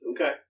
Okay